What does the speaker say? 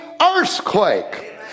earthquake